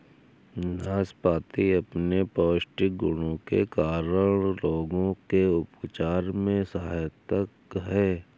नाशपाती अपने पौष्टिक गुणों के कारण रोगों के उपचार में सहायक है